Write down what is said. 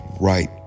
right